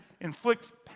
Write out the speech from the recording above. inflicts